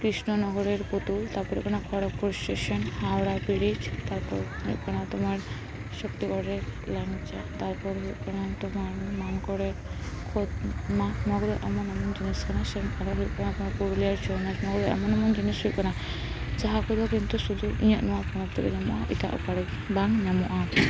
ᱠᱨᱤᱥᱱᱚᱱᱚᱜᱚᱨᱮᱨ ᱯᱩᱛᱩᱞ ᱛᱟᱨᱯᱚᱨᱦᱩᱭᱩᱜ ᱠᱟᱱᱟ ᱠᱷᱚᱲᱚᱜᱽᱯᱩᱨ ᱥᱴᱮᱥᱚᱱ ᱦᱟᱣᱲᱟ ᱵᱨᱤᱡᱽ ᱛᱟᱨᱯᱚᱨ ᱦᱩᱭᱩᱜ ᱠᱟᱱᱟ ᱛᱩᱢᱟᱨ ᱥᱚᱠᱛᱤᱜᱚᱲᱮᱨ ᱞᱮᱝᱪᱟ ᱛᱟᱨᱯᱚᱨ ᱦᱩᱭᱩᱜ ᱠᱟᱱᱟ ᱛᱩᱢᱟᱨ ᱢᱟᱱᱠᱚᱨᱮᱨ ᱠᱚᱫᱽᱢᱟ ᱱᱚᱣᱟ ᱠᱚᱫᱚ ᱮᱢᱚᱱ ᱮᱢᱚᱱ ᱡᱤᱱᱤᱥ ᱠᱟᱱᱟ ᱛᱟᱨᱯᱚᱨ ᱦᱩᱭᱩᱜ ᱠᱟᱱᱟ ᱛᱩᱢᱟᱨ ᱯᱩᱨᱩᱞᱤᱭᱟᱨ ᱪᱷᱳᱱᱟᱪ ᱱᱚᱣᱟ ᱠᱚᱨᱮ ᱮᱢᱚᱱ ᱮᱢᱚᱱ ᱡᱤᱱᱤᱥ ᱦᱩᱭᱩᱜ ᱠᱟᱱᱟ ᱡᱟᱦᱟᱠᱚᱫᱚ ᱠᱤᱱᱛᱩᱥᱩᱫᱷᱩ ᱤᱧᱟᱹᱜ ᱱᱚᱣᱟ ᱯᱚᱱᱚᱛ ᱨᱮᱜᱤ ᱧᱟᱢᱚᱜᱼᱟ ᱮᱴᱟᱜ ᱠᱚᱨᱮ ᱵᱟᱝ ᱧᱟᱢᱚᱜᱼᱟ